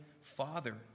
Father